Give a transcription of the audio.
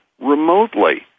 remotely